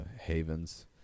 havens